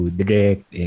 direct